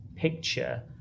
picture